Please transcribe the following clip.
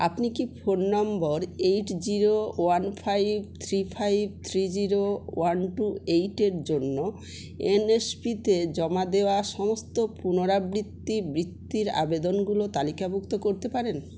আপনি কি phone number eight zero one five three five three zero one two এইটের জন্য এনএসপিতে জমা দেওয়া সমস্ত পুনরাবৃত্তি বৃত্তির আবেদনগুলো তালিকাভুক্ত করতে পারেন